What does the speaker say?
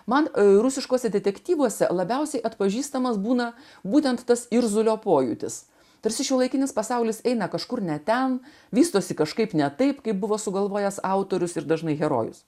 man rusiškuose detektyvuose labiausiai atpažįstamas būna būtent tas irzulio pojūtis tarsi šiuolaikinis pasaulis eina kažkur ne ten vystosi kažkaip ne taip kaip buvo sugalvojęs autorius ir dažnai herojus